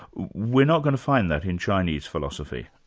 we're not going to find that in chinese philosophy.